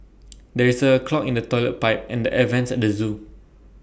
there is A clog in the Toilet Pipe and the air Vents at the Zoo